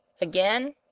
Again